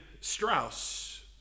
Strauss